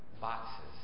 boxes